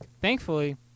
thankfully